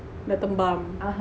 dah tembam